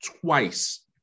twice